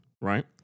right